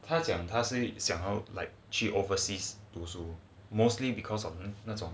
他讲他是想 like 去 oversees 读书 mostly because of 那种